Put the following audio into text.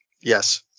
Yes